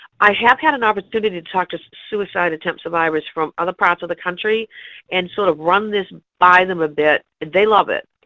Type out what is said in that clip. i have had an opportunity to talk to suicide attempt survivors from other parts of the country and sort of run this by them a bit. they love it.